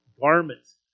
garments